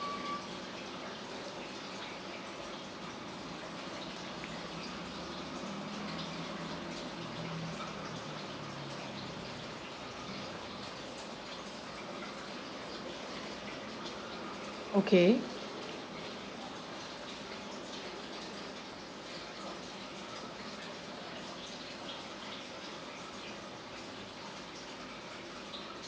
okay